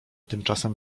tymczasem